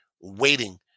waiting